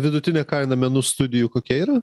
vidutinė kaina menų studijų kokia yra